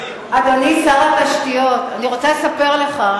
אדוני, שר התשתיות, אני רוצה לספר לך.